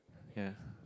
ya